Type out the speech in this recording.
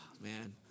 Man